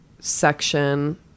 section